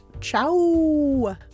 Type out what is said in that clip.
Ciao